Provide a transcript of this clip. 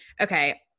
Okay